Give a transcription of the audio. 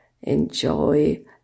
Enjoy